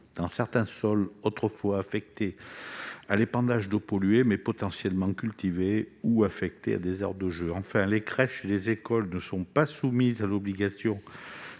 dans certains sols autrefois affectés à l'épandage d'eaux polluées, mais aujourd'hui potentiellement cultivés, ou affectés à des aires de jeux. Enfin, les crèches et les écoles ne sont pas soumises à l'obligation